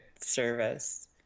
service